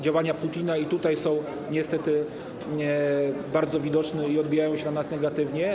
Działania Putina i tutaj są niestety bardzo widoczne i odbijają się na nas negatywnie.